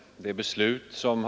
Torsdagen den 14 december 1972